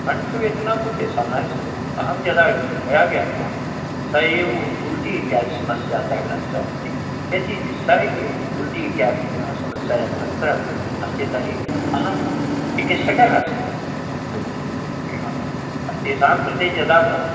कण्ठवेदना तु तेषां नाय्स्स् अहं यदा मया ज्ञातवान् सः एव उल्टी इत्यादि समस्यातः ग्रस्तः अस्ति यदि सः एव उल्टी इत्यादि समस्यायाः ग्रस्तः अस्ति तर्हि अहं चिकित्सकः अस्मि ओ हा तेषां कृते यदा भवान्